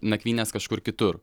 nakvynes kažkur kitur